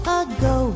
ago